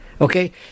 okay